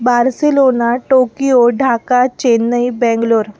Barcelona Tokyo Dhaka Chennai Bangalore